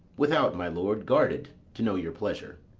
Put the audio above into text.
without, my lord guarded, to know your pleasure.